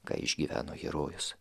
ką išgyveno herojus